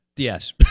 Yes